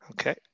Okay